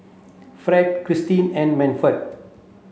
Fred Cristin and Manford